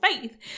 faith